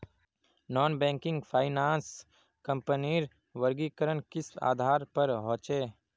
Non banking finance कंपनीर वर्गीकरण किस आधार पर होचे?